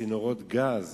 צינורות גז,